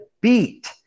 beat